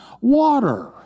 water